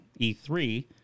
E3